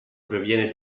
proviene